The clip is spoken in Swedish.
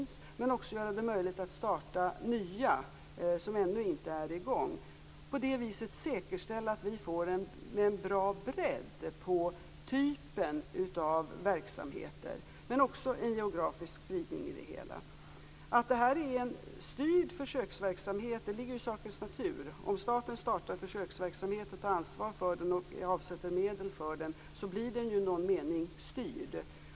Men man skall också göra det möjligt att starta nya projekt som ännu inte är i gång. På det sättet kan man säkerställa att vi får en bra bredd när det gäller typen av verksamheter men också en geografisk spridning. Att det här är en styrd försöksverksamhet ligger i sakens natur. Om staten startar försöksverksamhet och tar ansvar och avsätter medel för den så blir den ju i någon mening styrd.